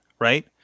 Right